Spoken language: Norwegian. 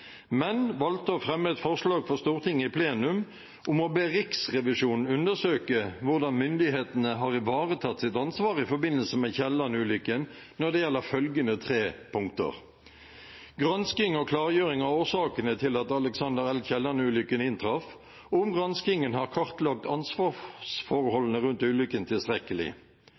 men valgte å fremme et forslag for Stortinget i plenum om å be Riksrevisjonen undersøke hvordan myndighetene har ivaretatt sitt ansvar i forbindelse med Alexander L. Kielland-ulykken når det gjelder følgende tre punkter: gransking og klargjøring av årsakene til at Alexander L. Kielland-ulykken inntraff, og om granskingen har kartlagt ansvarsforholdene rundt ulykken tilstrekkelig,